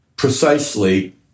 precisely